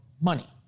money